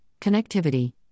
connectivity